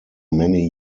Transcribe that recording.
many